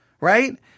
right